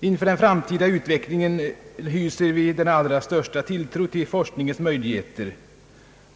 Inför den framtida utvecklingen hyser vi den allra största tilltro till forskningens möjligheter.